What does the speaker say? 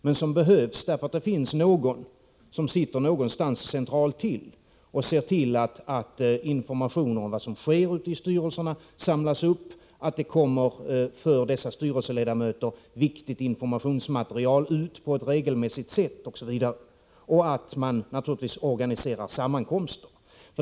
Men det behövs ändå någon som sitter centralt och som kan se till att den information som ges ute i styrelserna samlas upp och att för dessa styrelseledamöter viktigt informationsmaterial skickas ut regelmässigt osv. Vidare bör naturligtvis sammankomster organiseras.